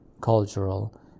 cultural